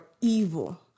evil